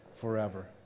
forever